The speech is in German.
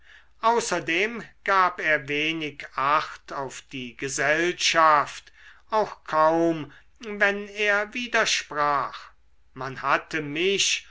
außerdem gab er wenig acht auf die gesellschaft auch kaum wenn er widersprach man hatte mich